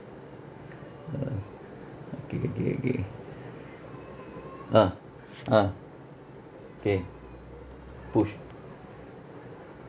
mm okay okay okay ah ah K push